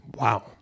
Wow